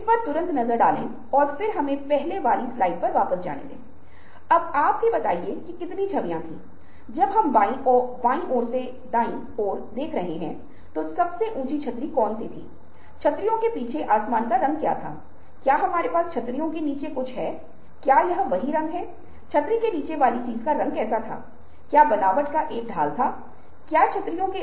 और इसका एक और परिणाम परीक्षण था इसके २ रूप हैं ५ आइटम प्रत्येक रूप में थे और एक नई या मूल स्थितियों के संबंध में बड़ी संख्या में विचारों के बारे में सोचने की आपकी क्षमता थी